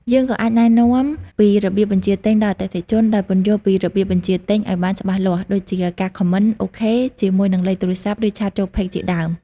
យើងក៏អាចណែនាំពីរបៀបបញ្ជាទិញដល់អតិថិជន ដោយពន្យល់ពីរបៀបបញ្ជាទិញឲ្យបានច្បាស់លាស់ ដូចជា ការ Comment OK ជាមួយនឹងលេខទូរស័ព្ទ ឬឆាតចូល Page ជាដើម។